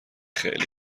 خیلی